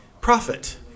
profit